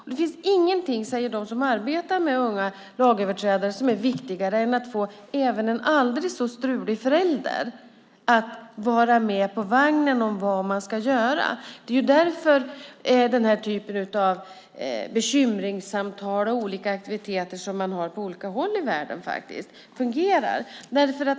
De som arbetar med unga lagöverträdare säger att det inte finns någonting som är viktigare än att få även en aldrig så strulig förälder att vara med på vagnen om vad man ska göra. Det är därför den här typen av bekymringssamtal och andra olika aktiviteter som man har på olika håll i världen faktiskt fungerar.